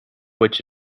which